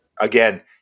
again